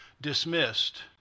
dismissed